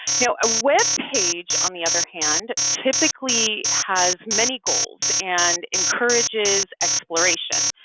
now a web page on the other hand, typically has many goals and encourages exploration.